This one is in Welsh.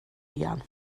fuan